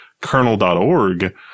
kernel.org